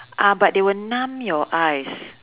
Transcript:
uh but they will numb your eyes